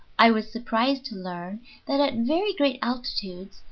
i was surprised to learn that at very great altitudes,